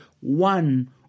one